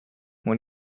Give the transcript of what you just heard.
when